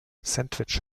sandwich